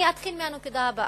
אתחיל מהנקודה הבאה: